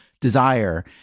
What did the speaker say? desire